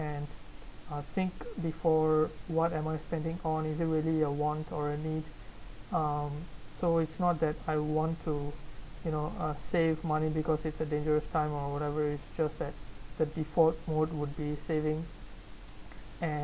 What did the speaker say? and uh think before what am I spending on is it really a want or really um so it's not that I want to you know uh save money because it's a dangerous time or whatever it's just that the default mode would be saving and